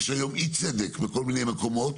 יש היום אי צדק בכל מיני מקומות